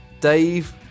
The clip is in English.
Dave